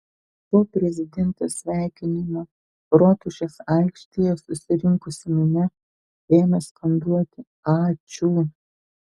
po prezidentės sveikinimo rotušės aikštėje susirinkusi minia ėmė skanduoti ačiū